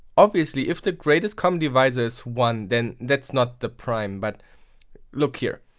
obviously if the greatest common divisor is one, then that's not the prime, but look here.